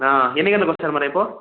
ఎన్ని గంటలకు వస్తారు అమ్మ రేపు